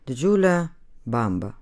didžiule bambą